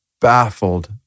baffled